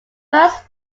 first